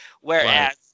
Whereas